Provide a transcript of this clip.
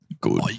good